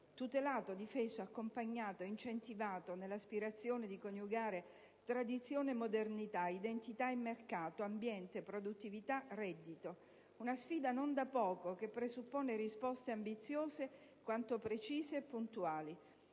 tutelato, difeso, accompagnato, incentivato nell'aspirazione di coniugare tradizione e modernità, identità e mercato, ambiente, produttività, reddito. È una sfida non da poco, che presuppone risposte ambiziose quanto precise e puntuali.